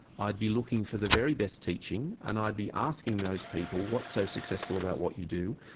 i'd be looking for the very best teaching and i'd be asking those people what's so successful about what you do.